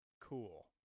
Cool